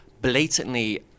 blatantly